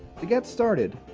to get started,